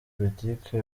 politiki